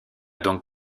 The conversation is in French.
donc